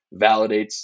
validates